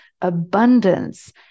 abundance